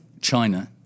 China